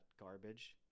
garbage